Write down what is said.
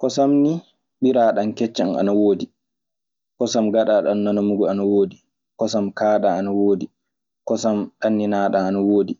Kosam ni ɓiraaɗan, keccan ana woodi kosam gaɗaaɗan nonomugu, ana woodi kosam kaaɗam; ana woodi kosam ɗanndinaaɗam; ana woodi